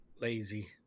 Lazy